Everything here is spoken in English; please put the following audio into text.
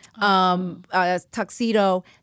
tuxedo